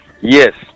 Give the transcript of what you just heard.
yes